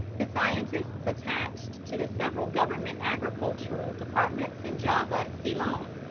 the scientists attached to the several government agricultural departments in java, ceylon,